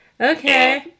Okay